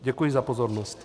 Děkuji za pozornost.